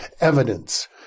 evidence